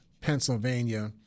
Pennsylvania